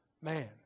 man